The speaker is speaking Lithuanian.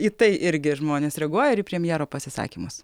į tai irgi žmonės reaguoja ir į premjero pasisakymus